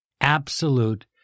absolute